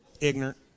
ignorant